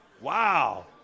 Wow